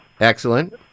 Excellent